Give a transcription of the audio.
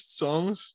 songs